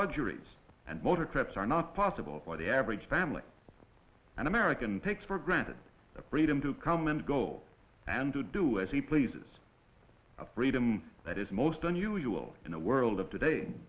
luxuries and motor trips are not possible for the average family and american takes for granted the freedom to comment goal and to do it he pleases a freedom that is most unusual in a world of today